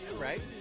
right